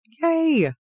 Yay